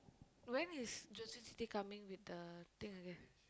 when is Josephine chithi coming with the thing again